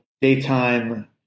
daytime